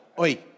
Oi